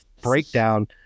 breakdown